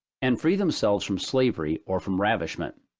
and free themselves from slavery or from ravishment.